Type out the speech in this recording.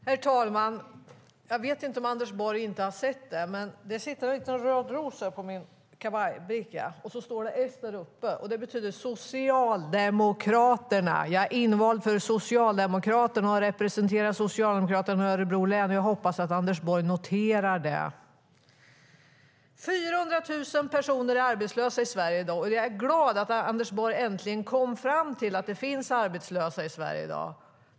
Herr talman! Anders Borg har kanske inte sett att det sitter en liten röd ros på min kavaj och att det finns ett S där, och det betyder Socialdemokraterna. Jag är invald för Socialdemokraterna och representerar Socialdemokraterna i Örebro län, och jag hoppas att Anders Borg noterar det. 400 000 personer är arbetslösa i Sverige i dag, och jag är glad över att Anders Borg äntligen kom fram till att det finns arbetslösa i Sverige i dag.